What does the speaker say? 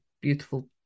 beautiful